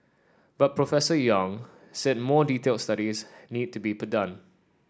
but Professor Yong said more detailed studies need to be done